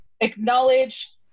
acknowledge